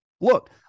Look